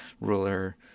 ruler